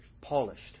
polished